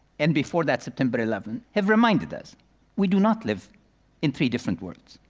and before that, september eleven have reminded us we do not live in three different worlds.